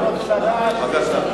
בבקשה.